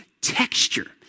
texture